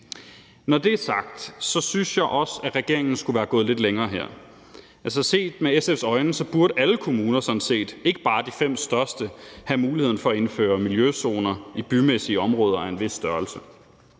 Når det er sagt, synes jeg også, at regeringen her skulle være gået lidt længere. Set med SF's øjne burde sådan set alle kommuner og ikke bare de fem største have muligheden for at indføre miljøzoner i bymæssige områder af en vis størrelse.